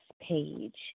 page